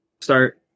start